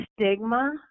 stigma